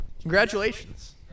Congratulations